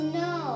no